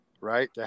right